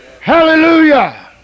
Hallelujah